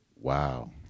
wow